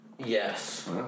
Yes